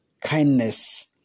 Kindness